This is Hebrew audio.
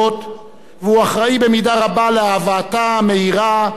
והוא אחראי במידה רבה להבאתה המהירה של גולת